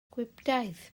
gwibdaith